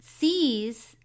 sees